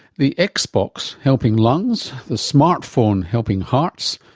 the xbox xbox helping lungs, the smart phone helping hearts,